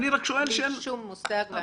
אין לי שום מושג.